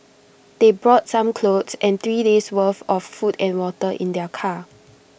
they brought some clothes and three days' worth of food and water in their car